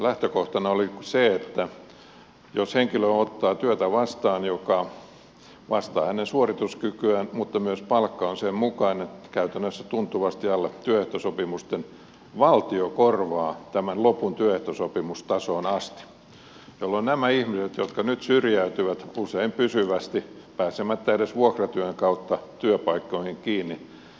lähtökohtana oli se että jos henkilö ottaa vastaan työtä joka vastaa hänen suorituskykyään mutta jonka palkka on myös sen mukainen käytännössä tuntuvasti alle työehtosopimusten valtio korvaa tämän lopun työehtosopimustasoon asti jolloin nämä ihmiset jotka nyt syrjäytyvät usein pysyvästi pääsemättä edes vuokratyön kautta työpaikkoihin kiinni saataisiin työmarkkinoille